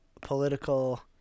political